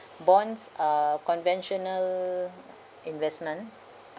bonds are conventional investments